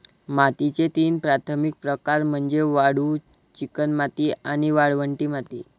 मातीचे तीन प्राथमिक प्रकार म्हणजे वाळू, चिकणमाती आणि वाळवंटी माती